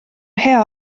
hea